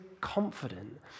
confident